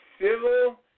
Civil